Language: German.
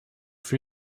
für